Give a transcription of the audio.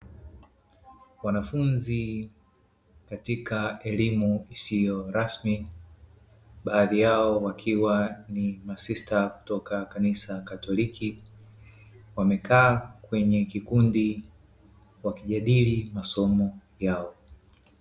Wanafunzi katika elimu isiyo rasmi, baadhi yao wakiwa ni masista kutoka kanisa katoliki wamekaa kwenye kikundi wakijadili masomo yao.